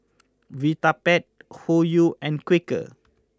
Vitapet Hoyu and Quaker